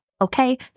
Okay